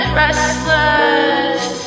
restless